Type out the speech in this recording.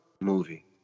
movie